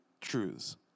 truths